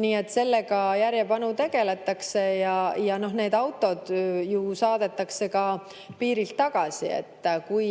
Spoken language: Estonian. Nii et sellega järjepanu tegeldakse ja need autod ju saadetakse piirilt tagasi. Kui